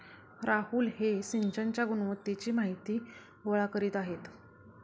राहुल हे सिंचनाच्या गुणवत्तेची माहिती गोळा करीत आहेत